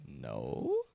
No